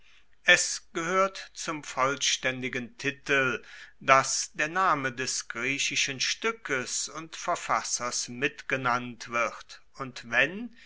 es gehoert zum vollstaendigen titel dass der name des griechischen stueckes und verfassers mit genannt wird und wenn